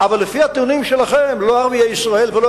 אבל לפי הטיעונים שלכם לא ערביי ישראל ולא